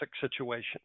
situation